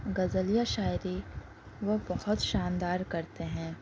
غزلیہ شاعری وہ بہت شاندار کرتے ہیں